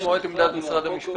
לשמוע את עמדת משרד המשפטים.